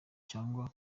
cyangwa